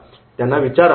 त्यांना प्रश्न विचारा